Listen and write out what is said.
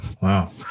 wow